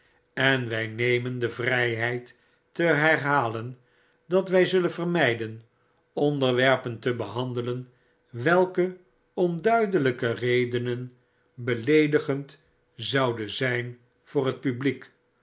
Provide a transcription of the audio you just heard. en wy nemen de vryheid te herhalen dat wy zullen vermijden onderwerpen te behandelen welke om duidelijke redenen beleedigend zouden zyn voor t publiek